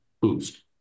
boost